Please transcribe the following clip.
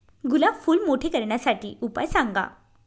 गुलाब फूल मोठे करण्यासाठी उपाय सांगा?